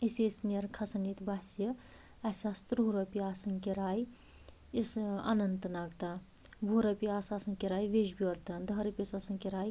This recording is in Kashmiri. أسۍ ٲسۍ نیران کھسان ییٚتہِ بسہِ اسہِ آسہٕ تٕرٛہ رۄپیہِ آسان کِراے یِس ٲں اننت ناگ تام وُہ رۄپیہِ آسہٕ آسان کِراے ویٚجہِ بیٛور تام دَہ رۄپیہِ آسہٕ آسان کِراے